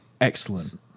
Excellent